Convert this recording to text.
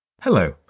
Hello